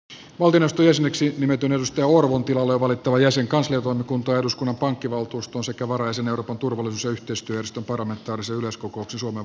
valtioneuvoston jäseneksi nimitetyn petteri orpon tilalle on valittava jäsen kansliatoimikuntaan ja eduskunnan pankkivaltuustoon sekä varajäsen euroopan turvallisuus ja yhteistyöjärjestön parlamentaarisen yleiskokouksen suomen valtuuskuntaan